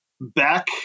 Back